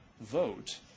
vote